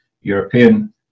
European